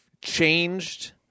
changed